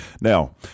Now